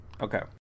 Okay